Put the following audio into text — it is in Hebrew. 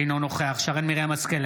אינו נוכח שרן מרים השכל,